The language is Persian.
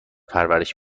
پرورش